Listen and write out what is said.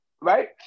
Right